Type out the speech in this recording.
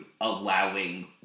allowing